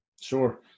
Sure